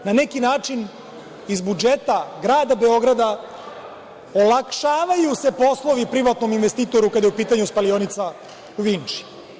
Na neki način, iz budžeta grada Beograda olakšavaju se poslovi privatnom investitoru kada je u pitanju spalionica u Vinči.